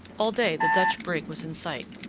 all day the dutch brig was in sight,